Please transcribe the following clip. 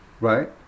right